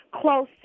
close